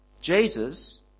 Jesus